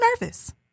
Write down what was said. nervous